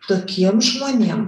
tokiem žmonėm